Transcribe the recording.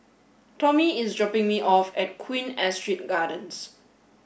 Tommy is dropping me off at Queen Astrid Gardens